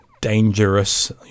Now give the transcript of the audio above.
dangerous